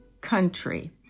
country